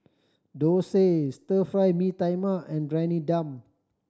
dosa Stir Fry Mee Tai Mak and Briyani Dum